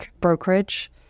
brokerage